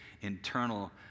internal